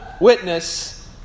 witness